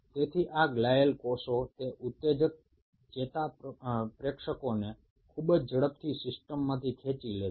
এই গ্লিয়ালকোষগুলো উত্তেজনা সৃষ্টিকারী নিউরোট্রান্সমিটারগুলোকে অত্যন্ত দ্রুততার সাথে সিস্টেম থেকে সরিয়ে দেয়